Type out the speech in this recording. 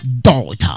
Daughter